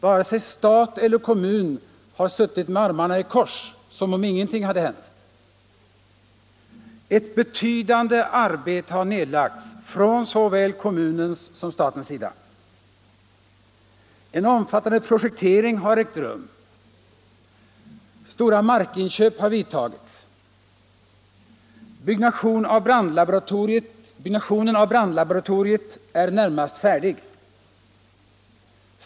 Vare sig i stat eller kommun har man suttit med armarna i kors som om ingenting hade hänt. Ett betydande arbete har nedlagts från såväl kommunens som statens sida. En omfattande projektering har ägt rum. Stora markinköp har gjorts. Uppförandet av brandlaboratoriet är närmast färdigt.